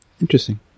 Interesting